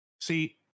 see